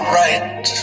right